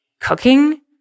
cooking